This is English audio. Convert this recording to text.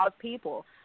people